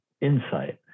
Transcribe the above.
insight